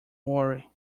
worry